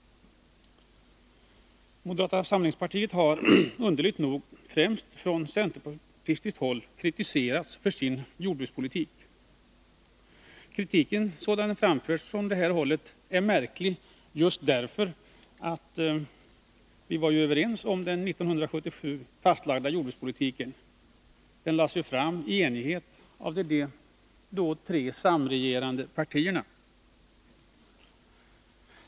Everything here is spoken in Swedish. Moderata samlingspartiet har underligt nog kritiserats för sin jordbrukspolitik främst från centerpartistiskt håll. Kritiken sådan den framförts är märklig, därför att vi ju var överens om den år 1977 fastlagda jordbrukspolitiken. Den framlades i enighet av de tre partier som då samregerade.